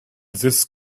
this